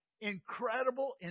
incredible